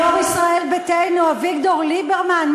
יושב-ראש ישראל ביתנו אביגדור ליברמן,